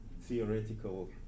theoretical